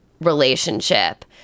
relationship